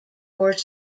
more